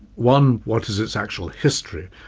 one, what is its actual history?